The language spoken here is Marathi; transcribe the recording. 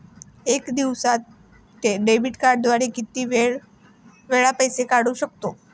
एका दिवसांत डेबिट कार्डद्वारे किती वेळा पैसे काढू शकतो?